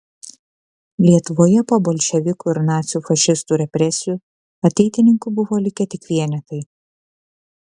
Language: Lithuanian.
lietuvoje po bolševikų ir nacių fašistų represijų ateitininkų buvo likę tik vienetai